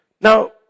Now